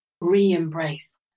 Re-embrace